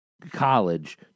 college